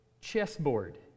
chessboard